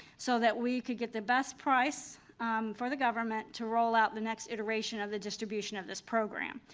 so that we could get the best price for the government to roll out the next iteration of the distribution of this program.